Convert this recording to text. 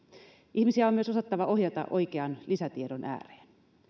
ihmisiä on myös osattava ohjata oikean lisätiedon ääreen